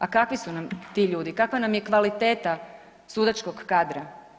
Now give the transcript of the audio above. A kakvi su nam ti ljudi, kakva nam je kvaliteta sudačkog kadra?